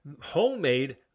homemade